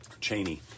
Cheney